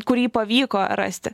kurį pavyko rasti